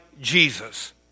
Jesus